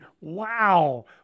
wow